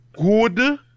good